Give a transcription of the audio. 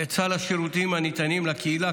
את סל השירותים שניתנים לקהילה,